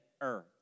earth